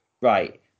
Right